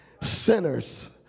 sinners